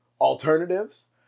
alternatives